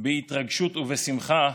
בהתרגשות ובשמחה